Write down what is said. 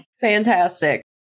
Fantastic